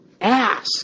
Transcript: ask